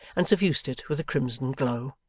and suffused it with a crimson glow.